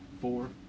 four